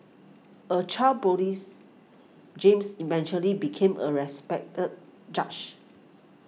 a child police James eventually became a respected judge